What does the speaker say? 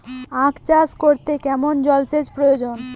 আখ চাষ করতে কেমন জলসেচের প্রয়োজন?